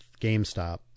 gamestop